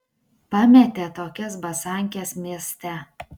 pametė tokias basankes mieste